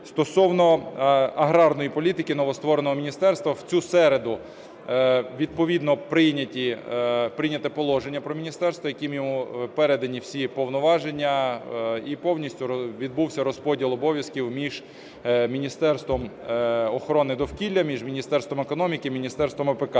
Стосовно аграрної політики новоствореного міністерства. В цю середу відповідно прийнято положення про міністерство, яким йому передані всі повноваження. І повністю відбувся розподіл обов'язків між Міністерством охорони довкілля, між Міністерством економіки, Міністерством АПК.